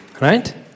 Right